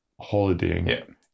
holidaying